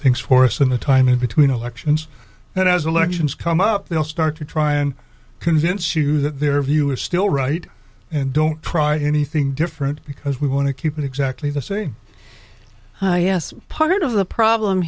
things for us in the time in between elections and as elections come up they'll start to try and convince you that their view is still right and don't try anything different because we want to keep it exactly the same yes part of the problem